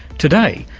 today,